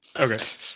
Okay